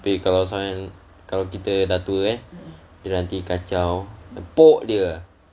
kalau kita dah tua kan dia nanti kacau kita pok dia